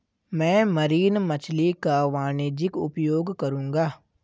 मैं मरीन मछली का वाणिज्यिक उपयोग करूंगा